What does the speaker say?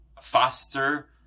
faster